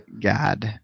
god